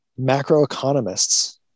macroeconomists